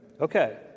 Okay